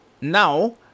now